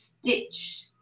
stitch